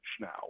now